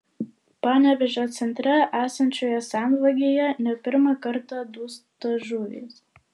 panevėžio centre esančioje senvagėje ne pirmą kartą dūsta žuvys